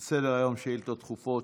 על סדר-היום, שאילתות דחופות.